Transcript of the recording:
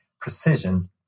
precision